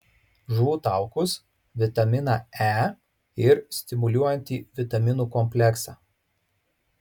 žuvų taukus vitaminą e ir stimuliuojantį vitaminų kompleksą